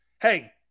Hey